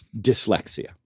Dyslexia